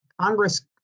Congress